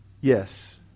Yes